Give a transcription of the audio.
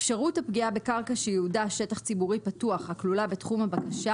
אפשרות הפגיעה בקרקע שייעודה שטח ציבורי פתוח הכלולה בתחום הבקשה